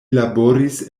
laboris